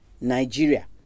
Nigeria